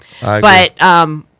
but-